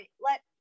let